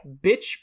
bitch